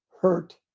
hurt